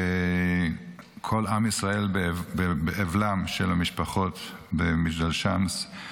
וכל עם ישראל באבלן של המשפחות ממג'דל שמס,